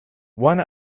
one